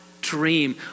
dream